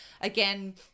again